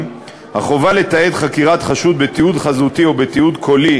החובה לתעד חקירת חשוד בתיעוד חזותי או בתיעוד קולי,